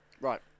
Right